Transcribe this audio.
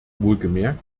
wohlgemerkt